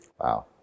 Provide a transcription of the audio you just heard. Wow